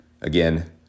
again